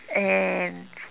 and